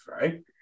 right